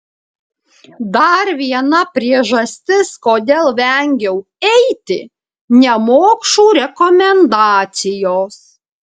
dar viena priežastis kodėl vengiau eiti nemokšų rekomendacijos